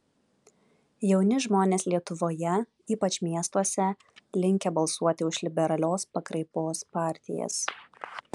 jauni žmonės lietuvoje ypač miestuose linkę balsuoti už liberalios pakraipos partijas